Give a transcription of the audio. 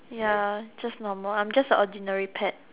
ya just normal I am just a ordinary pet